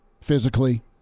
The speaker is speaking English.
physically